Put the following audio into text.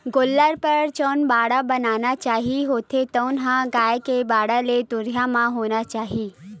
गोल्लर बर जउन बाड़ा बनाना चाही होथे तउन ह गाय के बाड़ा ले दुरिहा म होना चाही